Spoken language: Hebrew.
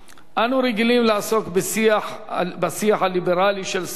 אנו רגילים לעסוק בשיח הליברלי של זכויות